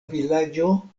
vilaĝo